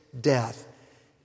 Death